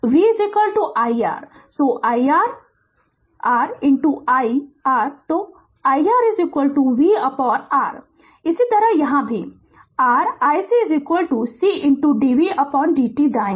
तो v iR so iR r iR तो iR vR इसी तरह यहाँ भी r iC C dvdt दाएँ